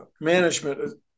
Management